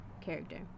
character